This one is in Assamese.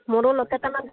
মোৰো লগ কেইটামান